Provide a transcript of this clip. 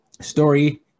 story